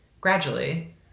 gradually